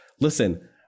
listen